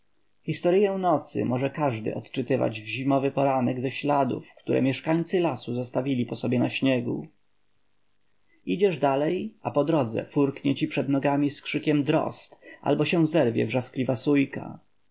pierzchliwa historyę nocy może każdy odczytywać w zimowy ranek ze śladów które mieszkańcy lasu zostawili po sobie na śniegu idziesz dalej a po drodze furknie ci przed nogami z krzykiem drozd albo się zerwie wrzaskliwa sójka